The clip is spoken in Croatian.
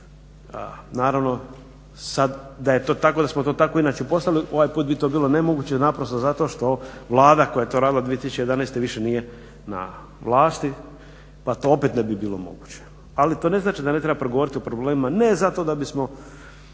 Naravno, sad da je to tako, da smo to tako inače postavili ovaj put bi to bilo nemoguće naprosto zato što Vlada koja je to radila 2011. više nije na vlasti pa to opet ne bi bilo moguće. Ali to ne znači da ne treba progovoriti o problemima ne zato da bismo